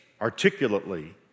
articulately